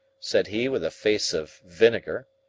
said he with a face of vinegar.